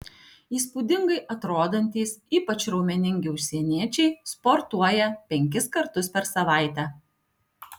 įspūdingai atrodantys ypač raumeningi užsieniečiai sportuoja penkis kartus per savaitę